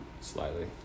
Slightly